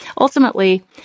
Ultimately